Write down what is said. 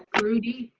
rudy.